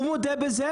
הוא מודה בזה.